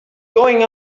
going